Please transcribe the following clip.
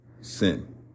sin